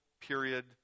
period